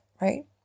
right